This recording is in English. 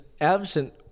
absent